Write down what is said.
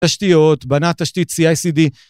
תשתיות, בנה תשתית CICD.